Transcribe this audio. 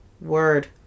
word